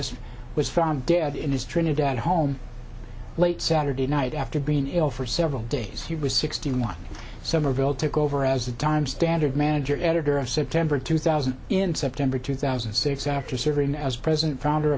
journalist was found dead in his trinidad home late saturday night after being ill for several days he was sixty one somerville took over as the time standard manager editor of september two thousand in september two thousand and six after serving as president founder